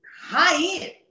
high-end